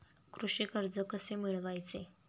कृषी कर्ज कसे मिळवायचे?